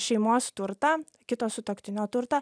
šeimos turtą kito sutuoktinio turtą